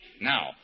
Now